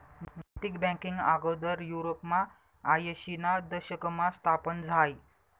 नैतिक बँकींग आगोदर युरोपमा आयशीना दशकमा स्थापन झायं